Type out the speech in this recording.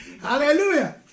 Hallelujah